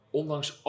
ondanks